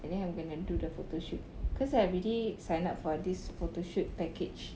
and then I'm going to do the photoshoot cause I already sign up for this photoshoot package